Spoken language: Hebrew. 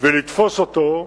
ולתפוס אותו,